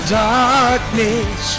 darkness